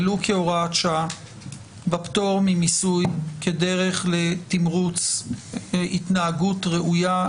ולו כהוראת שעה בפטור ממיסוי כדרך לתמרוץ התנהגות ראויה,